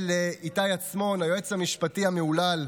ולאיתי עצמון היועץ המשפטי המהולל,